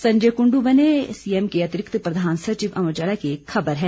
संजय कुंडू बने सीएम के अतिरिक्त प्रधान सचिव अमर उजाला की एक खबर है